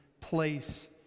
place